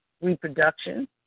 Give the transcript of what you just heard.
reproduction